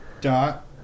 Dot